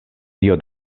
tio